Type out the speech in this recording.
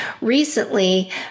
recently